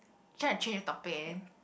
try to change the topic and then